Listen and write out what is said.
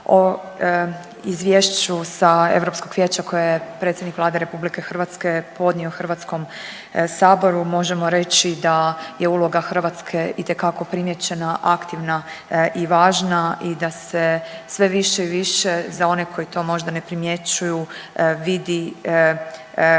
o izvješću sa Europskog vijeća koje je predsjednik Vlade RH podnio Hrvatskom saboru možemo reći da je uloga Hrvatske itekako primijećena, aktivna i važna i da se sve više i više za one koji to možda ne primjećuju vidi koliko